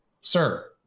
sir